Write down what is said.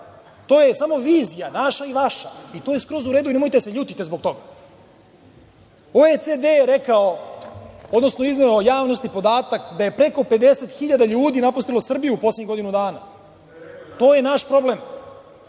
To je samo vizija, naša i vaša. To je skroz u redu i nemojte da se ljutite zbog toga. OCD-e je rekao, odnosno izneo javnosti podatak da je preko 50 hiljada ljudi napustilo Srbiju u poslednjih godinu dana. To je naš problem.